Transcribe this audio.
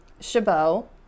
Chabot